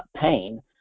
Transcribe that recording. pain